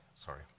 Sorry